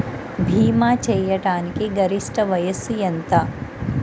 భీమా చేయాటానికి గరిష్ట వయస్సు ఎంత?